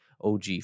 og